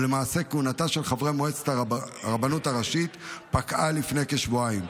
ולמעשה כהונתה של חברי מועצת הרבנות הראשית פקעה לפני כשבועיים.